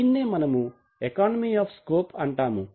దీన్నే మనము economy of scope అంటాము